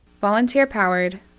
Volunteer-powered